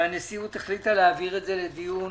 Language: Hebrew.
והנשיאות החליטה להעביר את זה לדיון